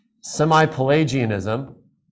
semi-Pelagianism